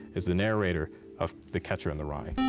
is the narrator of the catcher in the rye?